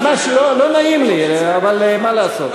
ממש לא נעים לי, אבל מה לעשות.